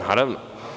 Naravno.